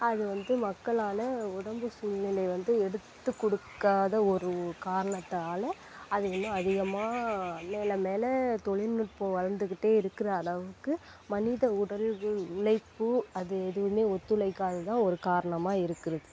அதுவந்து மக்களால் உடம்பு சூழ்நிலையை வந்து எடுத்துக் கொடுக்காத ஒரு காரணத்தால் அது இன்னும் அதிகமாக மேலே மேலே தொழில்நுட்பம் வளர்ந்துக்கிட்டே இருக்கிற அளவுக்கு மனித உடம்பு உழைப்பு அது எதுவுமே ஒத்துழைக்காததுதான் ஒரு காரணமாக இருக்குது